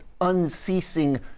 unceasing